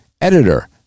editor